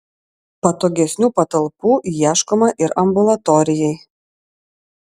patogesnių patalpų ieškoma ir ambulatorijai